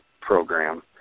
program